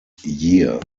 year